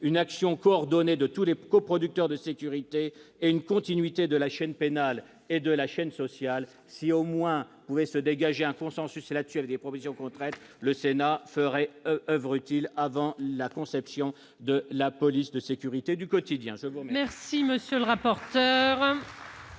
une action coordonnée de tous les coproducteurs de sécurité ; une continuité de la chaîne pénale et de la chaîne sociale. Si au moins le Sénat pouvait dégager un consensus en son sein sur ces propositions concrètes, il aurait fait oeuvre utile, avant la conception de la police de sécurité du quotidien